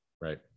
Right